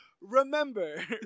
Remember